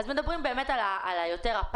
מדברים על הפחד,